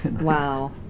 Wow